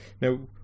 Now